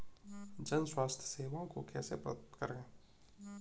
जन स्वास्थ्य सेवाओं को कैसे प्राप्त करें?